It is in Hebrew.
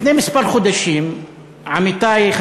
לפני כמה חודשים עמיתי,